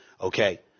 okay